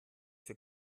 für